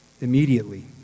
immediately